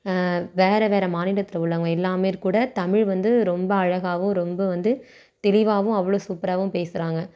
வேறு வேறு மாநிலத்தில் உள்ளவங்கள் எல்லோருமே கூட தமிழ் வந்து ரொம்ப அழகாகவும் ரொம்ப வந்து தெளிவாகவும் அவ்வளோ சூப்பராகவும் பேசுகிறாங்க